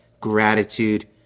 gratitude